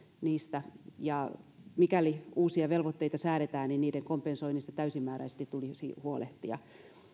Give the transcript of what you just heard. niistä ja mikäli uusia velvoitteita säädetään niin niiden kompensoinnista täysimääräisesti tulisi huolehtia